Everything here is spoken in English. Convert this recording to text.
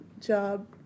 job